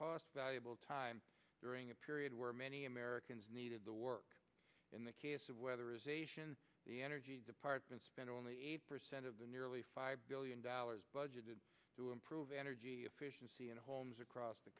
cost valuable time during a period where many americans needed the work in the case of whether the energy department spent only eight percent of the nearly five billion dollars budgeted to improve energy efficiency in homes across the